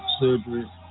surgery